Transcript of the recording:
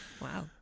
Wow